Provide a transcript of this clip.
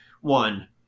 one